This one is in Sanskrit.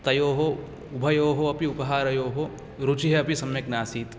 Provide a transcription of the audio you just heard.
तयोः उभयोः अपि उपहारयोः रुचिः अपि सम्यक् नासीत्